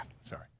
Sorry